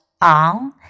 on